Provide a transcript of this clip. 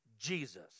Jesus